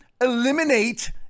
Eliminate